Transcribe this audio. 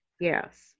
yes